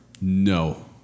No